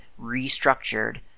restructured